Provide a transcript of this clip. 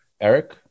eric